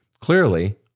Clearly